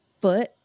foot